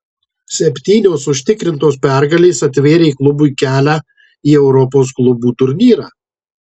septynios užtikrintos pergalės atvėrė klubui kelią į europos klubų turnyrą